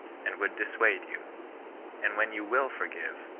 and would dissuade you and when you will forgive,